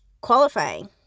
qualifying